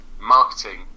marketing